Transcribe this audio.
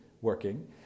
working